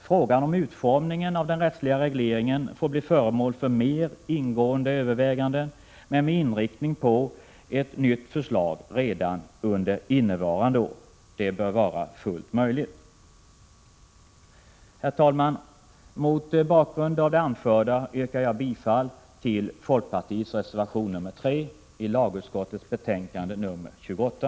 Frågan om utformningen av den rättsliga regleringen får bli föremål för mer ingående överväganden, men med inriktning på ett nytt förslag redan under innevarande år. Det bör vara fullt möjligt. Herr talman! Mot bakgrund av det anförda yrkar jag bifall till folkpartiets reservation nr 3 till lagutskottets betänkande nr 28.